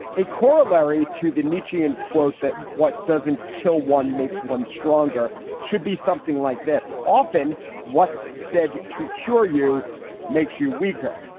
a corollary to the nietzsche and quote that what doesn't kill one makes one's stronger should be something like this. often what's said to cure you makes you weaker.